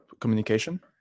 communication